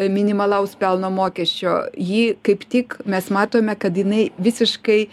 minimalaus pelno mokesčio ji kaip tik mes matome kad jinai visiškai